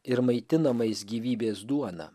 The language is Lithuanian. ir maitinamais gyvybės duona